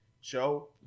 show